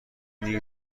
دیگه